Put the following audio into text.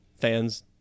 fans